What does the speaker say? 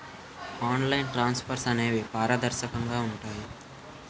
online transfers అనేవి పారదర్శకంగా ఉంటాయి